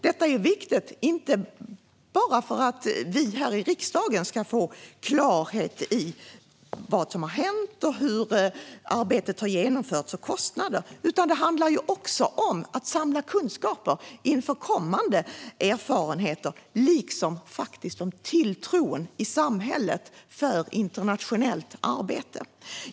Detta är viktigt inte bara för att vi här i riksdagen ska få klarhet i vad som har hänt, hur arbetet har genomförts och vad det har kostat; det handlar också om att samla kunskaper inför kommande erfarenheter liksom, faktiskt, om tilltron i samhället till internationellt arbete.